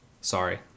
Sorry